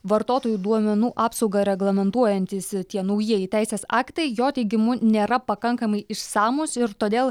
vartotojų duomenų apsaugą reglamentuojantys ir tie naujieji teisės aktai jo teigimu nėra pakankamai išsamūs ir todėl